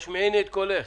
עמותת תעופה נכונה.